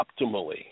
optimally